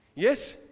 Yes